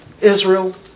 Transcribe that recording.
Israel